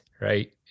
right